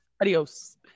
Adios